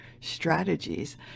strategies